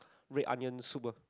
red onion soup ah